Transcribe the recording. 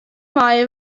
meie